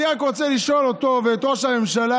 אני רק רוצה לשאול אותו ואת ראש הממשלה,